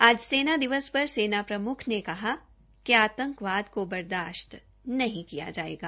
आज सेना दिवस पर सेना प्रमुख ने कहा कि आतंकवाद को बर्दाशत नहीं किया जायेगा